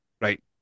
right